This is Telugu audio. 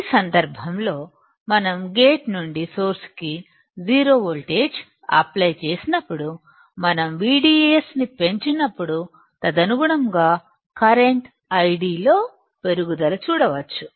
ఈ సందర్భం లో మనం గేట్ నుండి సోర్స్ కి 0 వోల్టేజ్ అప్లై చేసినప్పుడుమనం VDSని పెంచినప్పుడు తదనుగుణంగా కరెంటు ID లో పెరుగుదల చూడవచ్చు